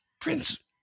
Prince